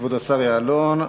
כבוד השר יעלון.